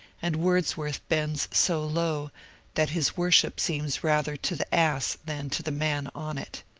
and wordsworth bends so low that his worship seems rather to the ass than to the man on it.